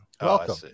Welcome